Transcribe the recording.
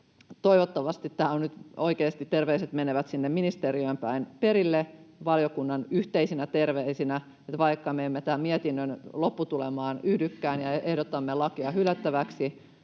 Toivottavasti terveiset nyt oikeasti menevät sinne ministeriöön päin perille valiokunnan yhteisinä terveisinä, Vaikka me emme tämän mietinnön lopputulemaan yhdykään ja ehdotamme lakeja hylättäväksi